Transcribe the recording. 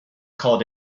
called